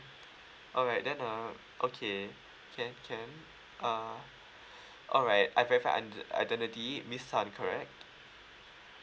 alright then uh okay can can uh alright I verified id~ identity miss tan correct